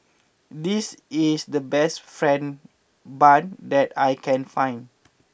this is the best fried Bun that I can find